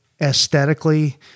aesthetically